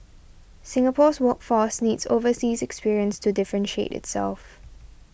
Singapore's workforce needs overseas experience to differentiate itself